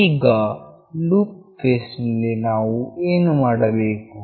ಈಗ loop phase ನಲ್ಲಿ ನಾವು ಏನು ಮಾಡಬೇಕು